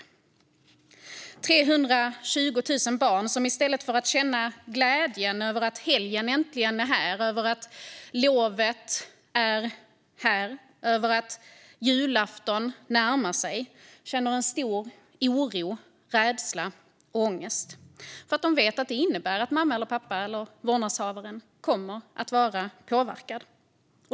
Det är 320 000 barn som i stället för att känna glädje över att helgen äntligen är här, att det är lov eller att julafton närmar sig känner en stor oro, rädsla och ångest därför att de vet att det innebär att mamma, pappa eller vårdnadshavaren kommer att vara påverkad.